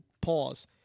pause